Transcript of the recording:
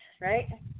right